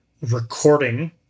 recording